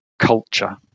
culture